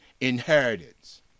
inheritance